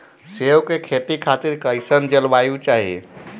सेब के खेती खातिर कइसन जलवायु चाही?